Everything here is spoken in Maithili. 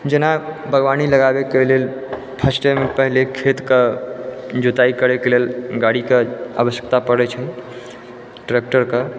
जेना बागवानी लगबैके लेल फर्स्टमे पहिले खेतके जोताइ करैके लेल गाड़ीके आवश्यकता पड़ै छै ट्रेक्टरके